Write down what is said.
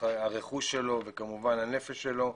הרכוש שלו וכמובן הנפש שלו,